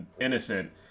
innocent